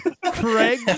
Craig